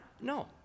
no